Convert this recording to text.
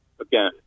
again